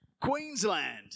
Queensland